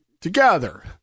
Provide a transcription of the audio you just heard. together